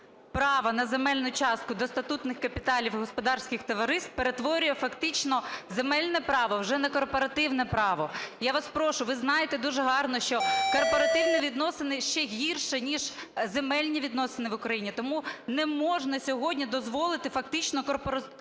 права на земельну частку до статутних капіталів господарських товариств, перетворює фактично земельне право вже на корпоративне право. Я вас прошу, ви знаєте дуже гарно, що корпоративні відносини ще гірші, ніж земельні відносини в Україні. Тому неможна сьогодні дозволити фактично корпоратизувати